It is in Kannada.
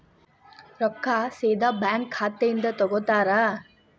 ರೊಕ್ಕಾ ಸೇದಾ ಬ್ಯಾಂಕ್ ಖಾತೆಯಿಂದ ತಗೋತಾರಾ?